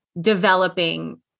developing